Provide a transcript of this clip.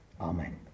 Amen